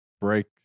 break